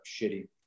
shitty